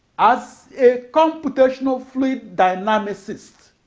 as a computational fluid dynamicist,